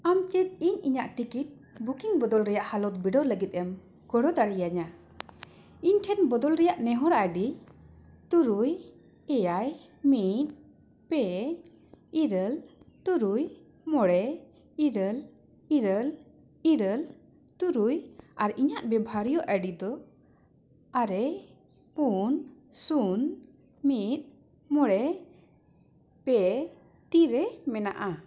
ᱟᱢ ᱪᱮᱫ ᱤᱧ ᱤᱧᱟᱹᱜ ᱴᱤᱠᱤᱴ ᱵᱩᱠᱤᱝ ᱵᱚᱫᱚᱞ ᱨᱮᱭᱟᱜ ᱦᱟᱞᱚᱛ ᱵᱤᱰᱟᱹᱣ ᱞᱟᱹᱜᱤᱫ ᱮᱢ ᱜᱚᱲᱚ ᱫᱟᱲᱮᱭᱤᱧᱟ ᱤᱧ ᱴᱷᱮᱱ ᱵᱚᱫᱚᱞ ᱨᱮᱭᱟᱜ ᱱᱮᱦᱚᱨ ᱟᱭᱰᱤ ᱛᱩᱨᱩᱭ ᱮᱭᱟᱭ ᱢᱤᱫ ᱯᱮ ᱤᱨᱟᱹᱞ ᱛᱩᱨᱩᱭ ᱢᱚᱬᱮ ᱤᱨᱟᱹᱞ ᱤᱨᱟᱹᱞ ᱤᱨᱟᱹᱞ ᱛᱩᱨᱩᱭ ᱟᱨ ᱤᱧᱟᱹᱜ ᱵᱮᱵᱷᱟᱨᱤᱭᱚ ᱟᱭᱰᱤ ᱫᱚ ᱟᱨᱮ ᱯᱩᱱ ᱥᱩᱱ ᱢᱤᱫ ᱢᱚᱬᱮ ᱯᱮ ᱛᱤᱨᱮ ᱢᱮᱱᱟᱜᱼᱟ